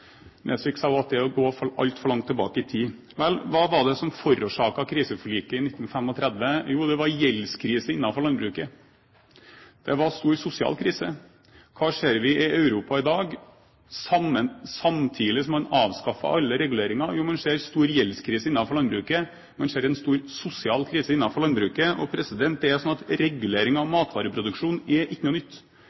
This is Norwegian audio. Nesvik sa også at det var å gå altfor langt tilbake i tid. Vel, hva var det som forårsaket kriseforliket i 1935? Jo, det var gjeldskrisen innenfor landbruket. Det var stor sosial krise. Hva ser vi i Europa i dag samtidig som man avskaffer alle reguleringer? Jo, man ser stor gjeldskrise innenfor landbruket, man ser en stor sosial krise innenfor landbruket. Det er sånn at regulering av matvareproduksjon ikke er noe nytt.